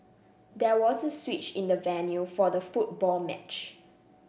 there was a switch in the venue for the football match